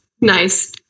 Nice